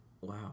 Wow